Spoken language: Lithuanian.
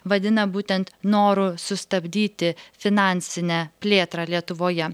vadina būtent noru sustabdyti finansinę plėtrą lietuvoje